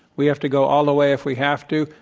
we have to go all the way if we have to.